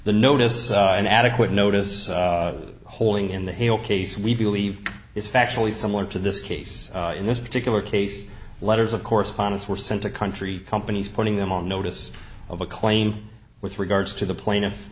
the notice and adequate notice holding in the hale case we believe is factually similar to this case in this particular case letters of correspondence were sent to country companies putting them on notice of a claim with regards to the pla